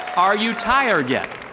are you tired yet?